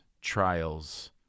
trials